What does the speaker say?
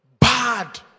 bad